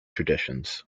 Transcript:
traditions